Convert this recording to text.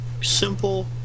simple